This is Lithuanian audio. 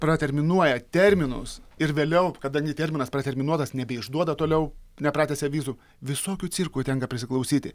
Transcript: praterminuoja terminus ir vėliau kadangi terminas praterminuotas nebeišduoda toliau nepratęsia vizų visokių cirkų tenka prisiklausyti